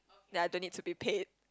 ya don't need to be paid